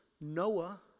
Noah